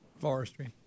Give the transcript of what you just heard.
Forestry